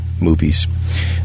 movies